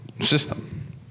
system